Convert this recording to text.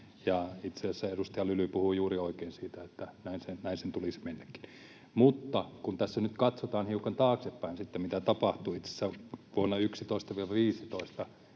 itse asiassa edustaja Lyly puhui juuri oikein siitä, että näin sen tulisi mennäkin. Mutta kun tässä nyt katsotaan hiukan taaksepäin sitten, mitä tapahtui: Itse asiassa vuonna 2011—2015